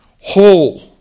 whole